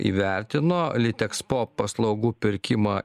įvertino litexpo paslaugų pirkimą